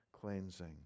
cleansing